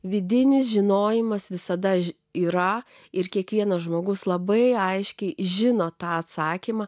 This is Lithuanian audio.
vidinis žinojimas visada yra ir kiekvienas žmogus labai aiškiai žino tą atsakymą